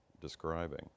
describing